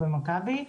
מכבי.